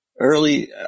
Early